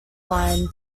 line